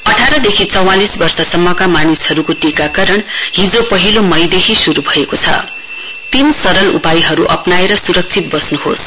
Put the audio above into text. अठारदेखि चौवांलिस वर्षसम्मका मानिसहरूको टीकाकरण आज पहिलो मईदेखि श्रू भएको छ तीस सरल उपायहरू अप्नाएर स्रक्षित बस्न्होस्